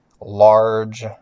large